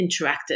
interactive